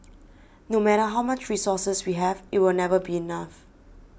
no matter how much resources we have it will never be enough